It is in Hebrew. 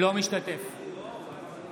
אינו משתתף בהצבעה